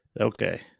Okay